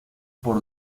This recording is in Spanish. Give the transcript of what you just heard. por